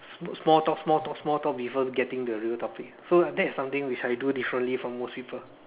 small talk small talk small talk before getting to the real topic so that's something which I do differently from most people